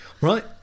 right